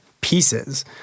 pieces